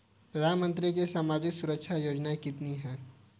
प्रधानमंत्री की सामाजिक सुरक्षा योजनाएँ कितनी हैं?